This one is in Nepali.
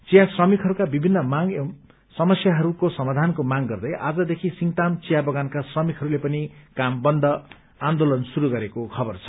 चिया श्रमिकहरूका विभिन्न माग एवं समस्याहरूको समाधानको माग गर्दै आजदेखि सिंगताम चिया बगानका श्रमिकहरूले पनि काम बन्द आन्दोलन शुरू गरेको खबर छ